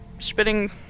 spitting